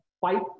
fight